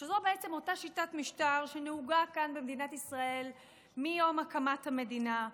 שזו בעצם אותה שיטת משטר שנהוגה כאן במדינת ישראל מיום הקמת המדינה,